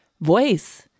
voice